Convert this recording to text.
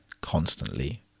constantly